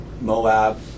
Moab